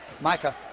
Micah